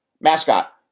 Mascot